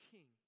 King